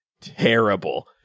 terrible